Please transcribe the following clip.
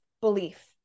belief